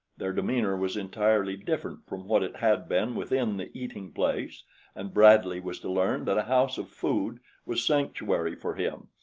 their demeanor was entirely different from what it had been within the eating-place and bradley was to learn that a house of food was sanctuary for him,